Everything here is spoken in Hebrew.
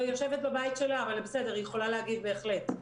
היא יושבת בבית שלה, אבל היא יכולה להגיד בהחלט.